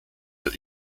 that